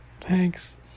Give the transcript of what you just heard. Thanks